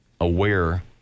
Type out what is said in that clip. aware